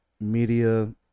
Media